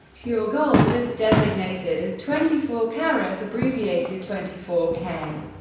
pure gold is designated as twenty four karat, abbreviated twenty four k.